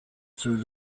through